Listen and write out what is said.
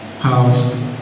housed